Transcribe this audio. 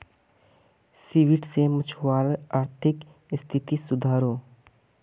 seaweed से मछुवारार अआर्थिक स्तिथि सुधरोह